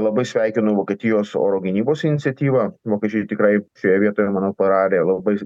labai sveikinu vokietijos oro gynybos iniciatyvą vokiečiai tikrai šioje vietoje manau padarė labai